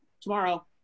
tomorrow